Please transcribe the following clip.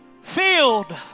filled